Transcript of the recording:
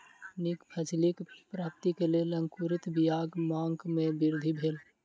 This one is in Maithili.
नीक फसिलक प्राप्ति के लेल अंकुरित बीयाक मांग में वृद्धि भेल